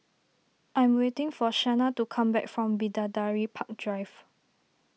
I'm waiting for Shana to come back from Bidadari Park Drive